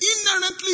inherently